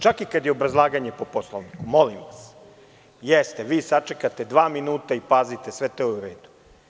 Čak i kada je obrazlaganje po Poslovniku, molim vas, sačekate dva minuta, pazite i sve je to u redu.